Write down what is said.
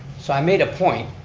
so i made a point,